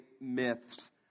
myths